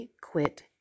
quit